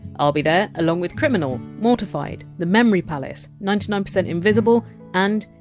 ah ll be there along with criminal, mortified, the memory palace, ninety nine percent invisible and,